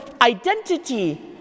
identity